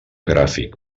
gràfic